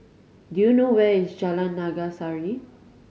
do you know where is Jalan Naga Sari